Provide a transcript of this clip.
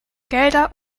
gelder